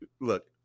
look